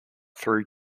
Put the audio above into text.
through